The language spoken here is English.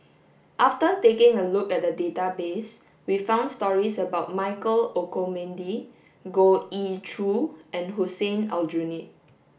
after taking a look at database we found stories about Michael Olcomendy Goh Ee Choo and Hussein Aljunied